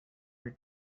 your